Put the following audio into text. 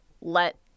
let